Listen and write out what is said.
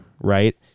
Right